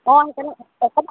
অঁ সেইকাৰণে